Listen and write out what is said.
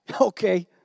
okay